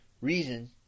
reason